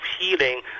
healing